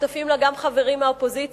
שותפים לה גם חברים מהאופוזיציה.